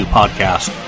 Podcast